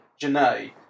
Janae